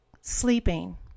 sleeping